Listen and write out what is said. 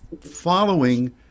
following